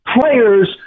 players